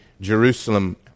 Jerusalem